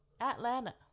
Atlanta